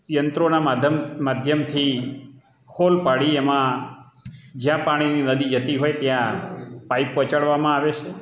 યંત્રોના માધ્યમથી ખોલ પાડી એમાં જ્યાં પાણીની નદી જતી હોય ત્યાં પાઈપ પહોંચાડવામાં આવે છે